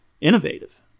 innovative